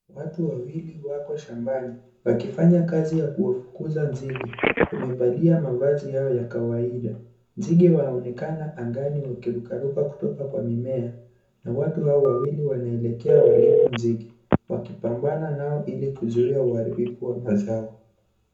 Watu wawili wako shambani wakifanya kazi ya kuwafukuza nzige wamevalia mavazi yao ya kawaida nzige wanaonekana angani waki rukaruka kutoka kwa mimea na watu hawo wawili wanaelekea walipo nzige wakipambana nao ili kuzuia uharibivu wa mazao.